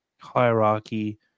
hierarchy